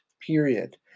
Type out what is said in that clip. period